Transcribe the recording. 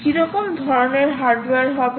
কিরকম ধরনের হার্ডওয়ার হবে